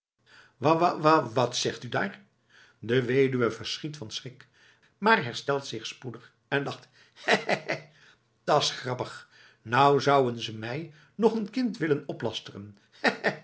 wa wa wa t zz zegt u daar de weduwe verschiet van schrik maar herstelt zich spoedig en lacht hè hè hè dat s grappig nou zouën ze mij nog een kind willen